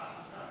תעסוקה.